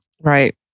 Right